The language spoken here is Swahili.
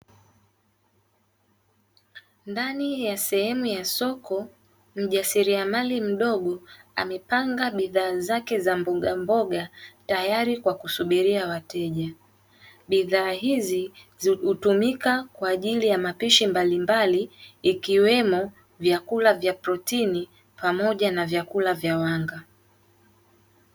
Ndani ya sehemu ya soko mjasiriamali mdogo amepanga bidhaa zake za mbogamboga tayari kwa kusubiria wateja. Bidhaa hizi hutumika kwa ajili ya mapishi mbalimbali ikiwemo; vyakula vya protini, pamoja na vyakula vya wanga.